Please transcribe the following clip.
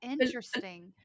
Interesting